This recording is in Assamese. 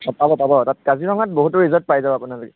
পাব পাব তাত কাজিৰঙাত বহুতো ৰিজৰ্ট পায় যাব আপোনালোকে